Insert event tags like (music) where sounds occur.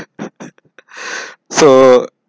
(laughs) (breath) so